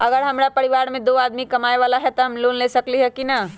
अगर हमरा परिवार में दो आदमी कमाये वाला है त हम लोन ले सकेली की न?